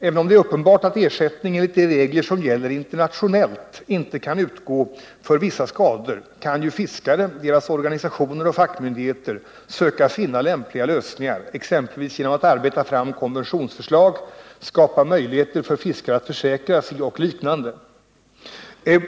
Även om det är uppenbart att ersättning, enligt de regler som gäller internationellt, inte kan utgå för vissa skador, kan ju fiskare, deras organisationer och fackmyndigheter söka finna lämpliga lösningar, exempelvis genom att arbeta fram konventionsförslag, skapa möjligheter för fiskare att försäkra sig och liknande.